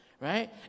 right